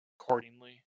accordingly